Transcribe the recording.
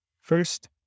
First